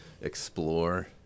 explore